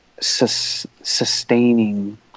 sustaining